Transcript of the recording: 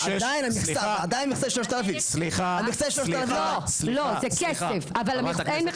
עדיין המכסה 3,000. לא, לא, זה כסף, אבל אין מכסה.